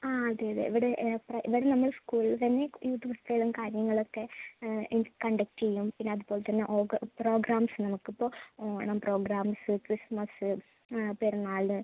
ആ അതെയതെ ഇവിടെ ഇവിടെ നമ്മൾ സ്കൂളിൽ തന്നെ യൂത്ത് ഫെസ്റ്റിവലും കാര്യങ്ങളൊക്കെ കണ്ടക്ട് ചെയ്യും പിന്നെ അതുപോലെത്തന്നെ പ്രോഗ്രാംസ് നമുക്കിപ്പോൾ ഓണം പ്രോഗ്രാംസ് ക്രിസ്മസ് പെരുന്നാൾ